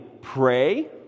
pray